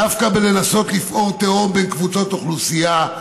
דווקא בלנסות לפעור תהום בין קבוצות אוכלוסייה.